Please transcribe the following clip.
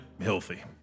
healthy